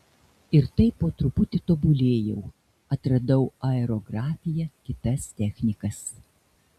ir taip po truputį tobulėjau atradau aerografiją kitas technikas